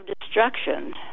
destruction